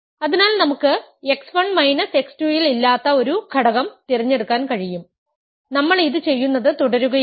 അതിനാൽ നമുക്ക് x1 x2 ൽ ഇല്ലാത്ത ഒരു ഘടകം തിരഞ്ഞെടുക്കാൻ കഴിയും നമ്മൾ ഇത് ചെയ്യുന്നത് തുടരുകയാണ്